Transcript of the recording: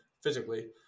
physically